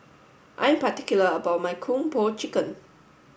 I'm particular about my Kung Pao Chicken